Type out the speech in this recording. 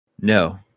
No